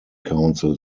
council